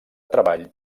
treball